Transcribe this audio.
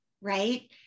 right